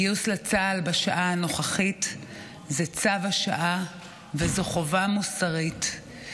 גיוס לצה"ל בשעה הנוכחית זה צו השעה וזו חובה מוסרית,